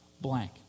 blank